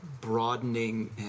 broadening